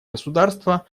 государства